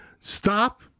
Stop